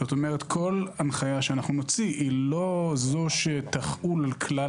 כלומר כל הנחיה שאנחנו נוציא לא תחול על כלל